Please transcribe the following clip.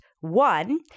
One